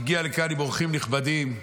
הוא הגיע לכאן עם אורחים נכבדים.